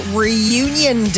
reunion